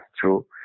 true